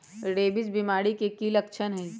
rabies बीमारी के कि कि लच्छन हई